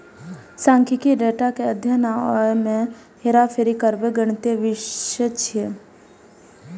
सांख्यिकी डेटा के अध्ययन आ ओय मे हेरफेर करबाक गणितीय विषय छियै